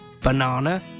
banana